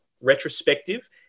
retrospective